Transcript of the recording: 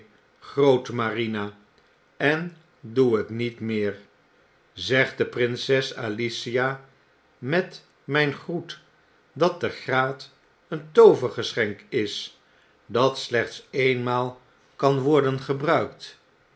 grootmarina en doe het niet meer zeg de prinses alicia met myn groet dat de graat een toovergeschenk is dat slechts eenmaal kan worden gebruikt